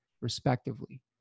respectively